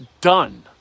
done